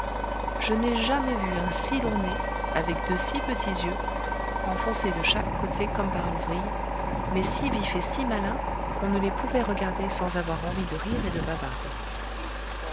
je n'ai jamais vu un si long nez avec de si petits yeux enfoncés de chaque côté comme par une vrille mais si vifs et si malins qu'on ne les pouvait regarder sans avoir envie de rire et de bavarder